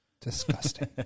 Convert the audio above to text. Disgusting